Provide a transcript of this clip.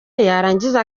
yarangiza